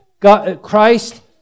Christ